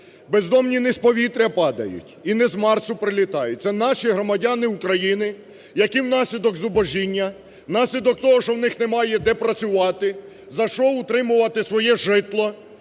Бездомні не з повітря падають, і не з Марсу прилітають – це наші громадяни України, які внаслідок зубожіння, внаслідок того, що у них немає де працювати, за що утримувати своє житло,